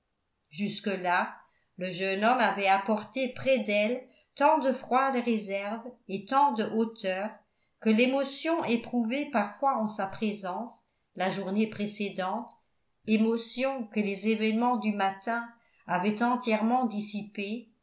jusque-là le jeune homme avait apporté près d'elle tant de froide réserve et tant de hauteur que l'émotion éprouvée parfois en sa présence la journée précédente émotion que les événements du matin avaient entièrement